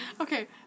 Okay